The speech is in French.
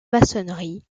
maçonnerie